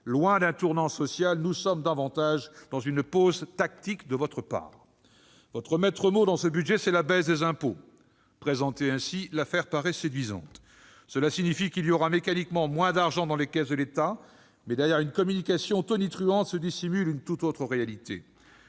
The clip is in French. loin d'un tournant social, il s'agit davantage d'une pause tactique de votre part. Votre maître mot, dans la présentation de ce projet de budget, c'est la baisse des impôts. Présentée ainsi, l'affaire paraît séduisante. Cela signifie qu'il y aura mécaniquement moins d'argent dans les caisses de l'État, mais derrière une communication tonitruante se dissimule une tout autre réalité